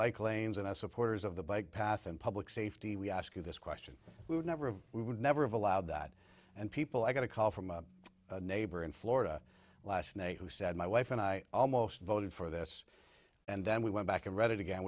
bike lanes and are supporters of the bike path and public safety we ask you this question we would never have we would never have allowed that and people i got a call from a neighbor in florida last night who said my wife and i almost voted for this and then we went back and read it again